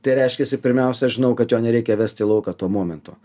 tai reiškiasi pirmiausia aš žinau kad jo nereikia vesti į lauką tuo momentu